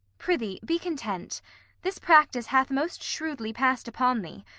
prithee, be content this practice hath most shrewdly pass'd upon thee,